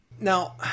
Now